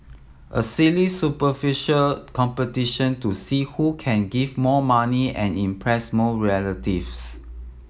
a silly superficial competition to see who can give more money and impress more relatives